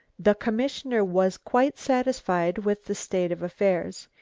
the commissioner was quite satisfied with the state of affairs.